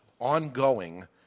ongoing